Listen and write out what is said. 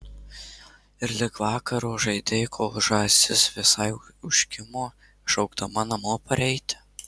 ir lig vakaro žaidei kol žąsis visai užkimo šaukdama namo pareiti